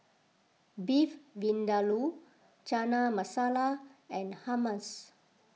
Beef Vindaloo Chana Masala and Hummus